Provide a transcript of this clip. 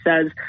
says